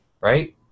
right